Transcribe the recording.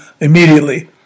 immediately